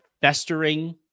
festering